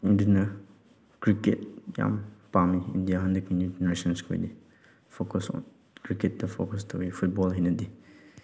ꯑꯗꯨꯅ ꯀ꯭ꯔꯤꯀꯦꯠ ꯌꯥꯝ ꯄꯥꯝꯃꯤ ꯏꯟꯗꯤꯌꯥ ꯍꯟꯗꯛꯀꯤ ꯅ꯭ꯌꯨ ꯖꯦꯅꯦꯔꯦꯁꯟ ꯈꯣꯏꯗꯤ ꯐꯣꯀꯁ ꯑꯣꯟ ꯀ꯭ꯔꯤꯀꯦꯠꯇ ꯐꯣꯀꯁ ꯇꯧꯏ ꯐꯨꯠꯕꯣꯜ ꯍꯩꯟꯅꯗꯦ